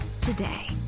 today